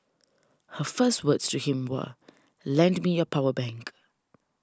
her first words to him were lend me your power bank